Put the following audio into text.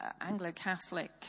Anglo-Catholic